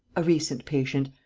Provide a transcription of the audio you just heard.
a recent patient.